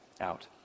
out